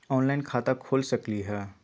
Online खाता खोल सकलीह?